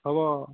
হ'ব